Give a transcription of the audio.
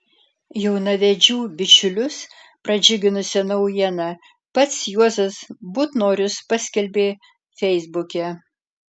jaunavedžių bičiulius pradžiuginusią naujieną pats juozas butnorius paskelbė feisbuke